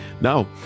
Now